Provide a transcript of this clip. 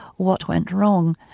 what went wrong.